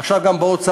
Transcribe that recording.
עכשיו גם בהוצאה,